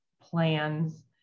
plans